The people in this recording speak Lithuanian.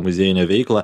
muziejinę veiklą